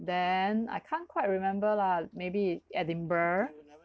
then I can't quite remember lah maybe edinburgh